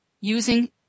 using